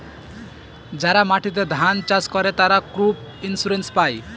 যারা মাটিতে ধান চাষ করে, তারা ক্রপ ইন্সুরেন্স পায়